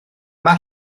mae